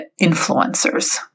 influencers